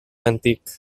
antic